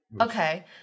Okay